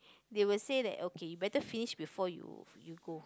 they will say that okay you better finish before you you go